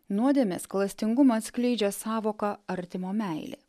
nuodėmės klastingumą atskleidžia sąvoka artimo meilė